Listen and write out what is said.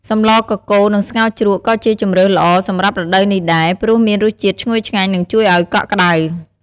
សម្លកកូរ និងស្ងោរជ្រក់ ក៏ជាជម្រើសល្អសម្រាប់រដូវនេះដែរ ព្រោះមានរសជាតិឈ្ងុយឆ្ងាញ់ និងជួយឱ្យកក់ក្ដៅ។